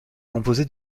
composé